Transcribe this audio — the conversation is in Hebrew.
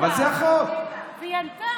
והיא ענתה.